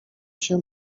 się